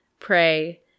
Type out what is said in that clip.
pray